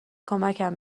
کمکم